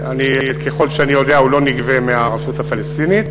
ככל שאני יודע, הוא לא נגבה מהרשות הפלסטינית.